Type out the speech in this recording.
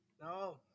no